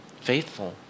faithful